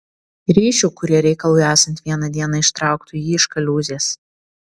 ryšių kurie reikalui esant vieną dieną ištrauktų jį iš kaliūzės